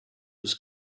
was